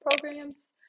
programs